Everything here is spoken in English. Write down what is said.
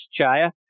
Chaya